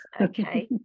okay